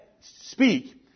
speak